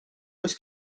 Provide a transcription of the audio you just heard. oes